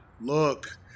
Look